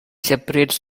separates